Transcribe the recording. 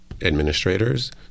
administrators